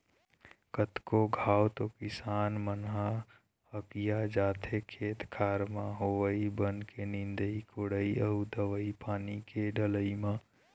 कतको घांव तो किसान मन ह हकिया जाथे खेत खार म होवई बन के निंदई कोड़ई अउ दवई पानी के डलई म